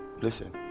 listen